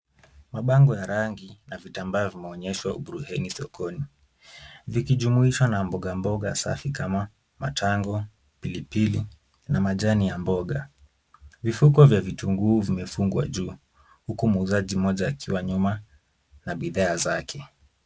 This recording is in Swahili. Mabango ya rangi na vitambaa vimeonyeshwa uburuheni sokoni. Vikijumuishwa na mbogamboga safi kama matango, pilipili, na majani ya mboga. Vifuko vya vitunguu vimefungwa juu, huku muuzaji mmoja akiwa nyuma na bidhaa zake.